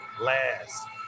last